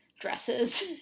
dresses